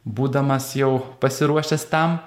būdamas jau pasiruošęs tam